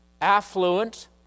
affluent